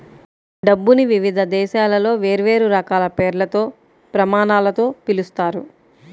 డబ్బుని వివిధ దేశాలలో వేర్వేరు రకాల పేర్లతో, ప్రమాణాలతో పిలుస్తారు